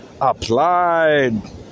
Applied